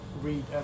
read